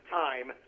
time